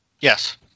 Yes